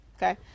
Okay